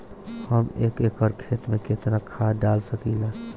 हम एक एकड़ खेत में केतना खाद डाल सकिला?